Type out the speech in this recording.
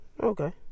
Okay